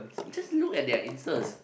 just look at their Instas